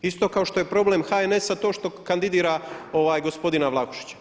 Isto kao što je problem HNS-a to što kandidira gospodina Vlahušića.